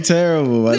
terrible